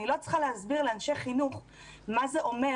אני לא צריכה להסביר לאנשי חינוך מה זה אומר